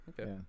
Okay